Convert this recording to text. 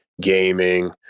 gaming